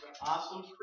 awesome